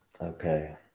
Okay